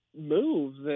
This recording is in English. moves